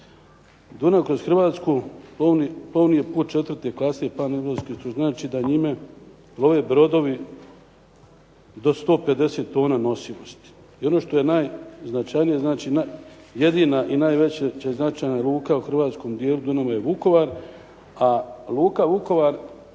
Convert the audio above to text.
Dunav kroz Hrvatsku plovni je put četvrte klase paneuropski što znači da njime plove brodovi do 150 tona nosivosti. I ono što je najznačajnije, znači jedina i najveća, značajna luka u hrvatskom dijelu Dunava je Vukovar a luka Vukovar